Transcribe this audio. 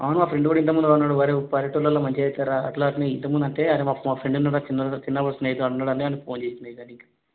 అవును మా ఫ్రెండు కూడా ఇంతకుముందు కూడా అన్నాడు అరే పల్లెటూర్లలో మంచిగా చేస్తావా అలా అలాగే ఇంతకుముందు అంటే అరే మా ఫ్రెండు ఉన్నాడురా చిన్నడు చిన్నప్పుడు స్నేహితుడు అక్కడ ఉన్నాడు అంటే వానికి ఫోన్ చేశాను